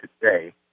today